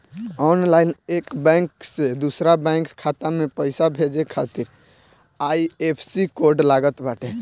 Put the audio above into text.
online एक bank खाता से दूसरा बैंक खाता में पईसा भेजे खातिर आई.एफ.एस.सी कोड लागत बाटे